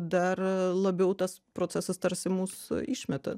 dar labiau tas procesas tarsi mus išmeta